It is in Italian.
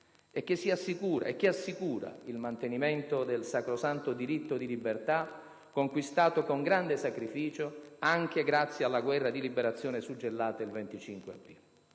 E che assicura il mantenimento del sacrosanto diritto di libertà conquistato con grande sacrificio anche grazie alla guerra di liberazione suggellata il 25 aprile.